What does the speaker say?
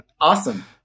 Awesome